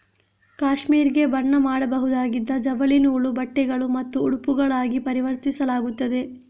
cashmere ಗೆ ಬಣ್ಣ ಮಾಡಬಹುದಾಗಿದ್ದು ಜವಳಿ ನೂಲು, ಬಟ್ಟೆಗಳು ಮತ್ತು ಉಡುಪುಗಳಾಗಿ ಪರಿವರ್ತಿಸಲಾಗುತ್ತದೆ